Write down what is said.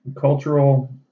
cultural